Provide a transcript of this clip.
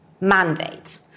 mandate